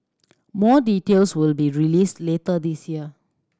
more details will be released later this year